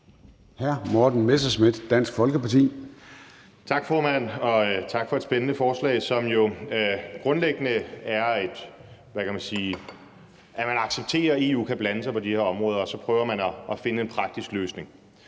Morten Messerschmidt (DF): Tak, formand. Og tak for et spændende forslag, som jo grundlæggende går ud på, hvad kan man sige, at man accepterer, at EU kan blande sig på de her områder, og så prøver man at finde en praktisk løsning,